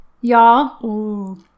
y'all